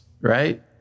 right